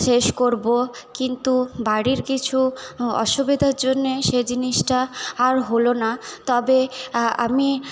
শেষ করবো কিন্তু বাড়ির কিছু অসুবিধার জন্যে সে জিনিসটা আর হলো না তবে আমি